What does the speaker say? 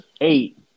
eight